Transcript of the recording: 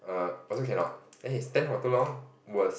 err also cannot then he stand for too long worse